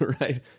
right